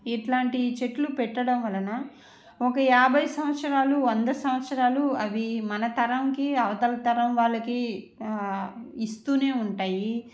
ఇట్లాంటి ఈ చెట్లు పెట్టడం వలన ఒక యాభై సంవత్సరాలు వంద సంవత్సరాలు అవి మన తరంకి అవతల తరం వాళ్లకి ఇస్తూనే ఉంటాయి